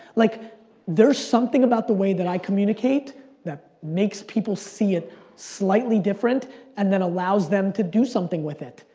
like there's something about the way that i communicate that makes people see it slightly different and then allows them to do something with it.